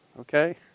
Okay